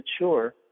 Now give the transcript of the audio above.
mature